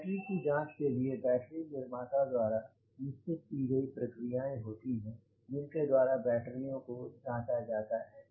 battery की जांच के लिए बैटरी निर्माता द्वारा निश्चित की गए प्रक्रियाएँ होती हैं जिनके द्वारा बैटरियों को जांचा जाता है